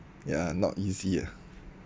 ya not easy ah